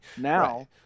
Now